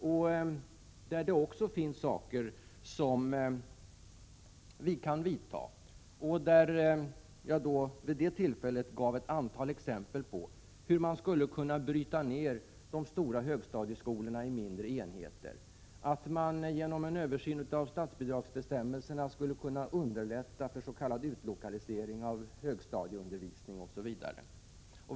Också där finns det åtgärder att vidta. Vid det tillfället gav jag ett antal exempel på hur man skulle kunna bryta ner de stora högstadieskolorna i mindre enheter, hur man genom en översyn av statsbidragsbestämmelserna skulle kunna underlätta s.k. utlokalisering av högstadieundervisning m.m.